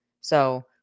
So-